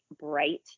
bright